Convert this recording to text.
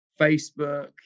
Facebook